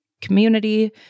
community